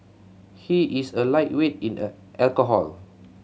he is a lightweight in a alcohol